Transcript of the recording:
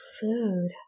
Food